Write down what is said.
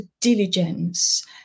diligence